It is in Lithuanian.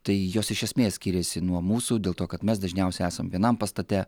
tai jos iš esmės skiriasi nuo mūsų dėl to kad mes dažniausiai esam vienam pastate